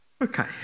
Okay